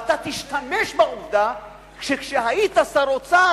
ואתה תשתמש בעובדה שכשהיית שר אוצר,